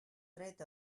dret